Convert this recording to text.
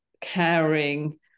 caring